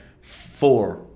four